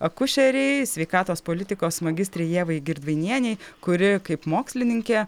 akušerei sveikatos politikos magistrei ievai girdvainienei kuri kaip mokslininkė